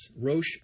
Roche